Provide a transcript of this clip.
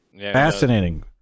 Fascinating